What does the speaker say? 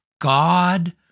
god